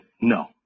no